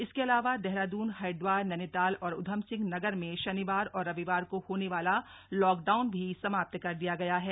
इसके अलावा देहरादून हरिद्वार नैनीताल और उधमसिंह नगर में शनिवार और रविवार को होने वाला लॉकडाउन भी समाप्त कर दिया गया है